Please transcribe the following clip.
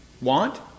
want